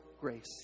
grace